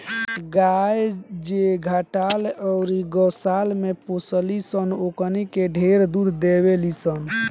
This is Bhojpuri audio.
गाय जे खटाल अउरी गौशाला में पोसाली सन ओकनी के ढेरे दूध देवेली सन